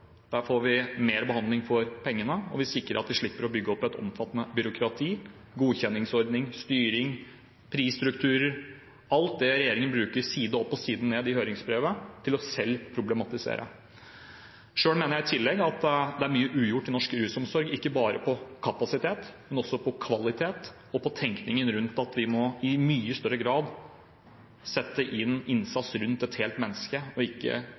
Der får vi mer behandling for pengene, og vi sikrer at vi slipper å bygge opp et omfattende byråkrati, godkjenningsordning, styring, prisstrukturer – alt det regjeringen bruker side opp og side ned i høringsbrevet til selv å problematisere. Selv mener jeg i tillegg at det er mye ugjort i norsk rusomsorg, ikke bare på kapasitet, men også på kvalitet og på tenkningen rundt at vi må i mye større grad sette inn innsats rundt et helt menneske, og ikke